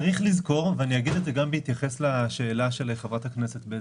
צריך לזכור ואני אגיד את זה גם בהתייחס לשאלה של חברת הכנסת בזק.